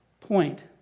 Point